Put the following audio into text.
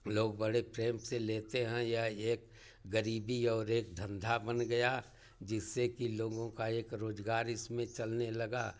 लोग बड़े प्रेम से लेते हैं यह एक ग़रीबी और एक धंधा बन गया जिससे कि लोगों का एक रोज़गार इसमें चलने लगा